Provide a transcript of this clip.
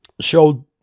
showed